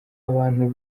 abantu